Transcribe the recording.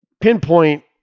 pinpoint